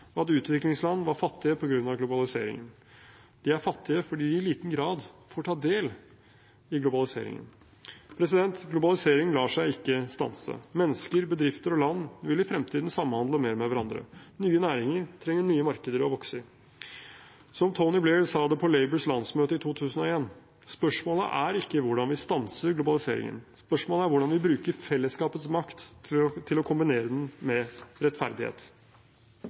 at utviklingsland var fattige på grunn av globaliseringen. De er fattige fordi de i liten grad får ta del i den. Globalisering lar seg ikke stanse. Mennesker, bedrifter og land vil i fremtiden samhandle mer med hverandre. Nye næringer trenger nye markeder å vokse i. Som Tony Blair sa det på Labours landsmøte i 2001: Spørsmålet er ikke hvordan vi stanser globaliseringen. Spørsmålet er hvordan vi bruker fellesskapets makt til å kombinere den med rettferdighet.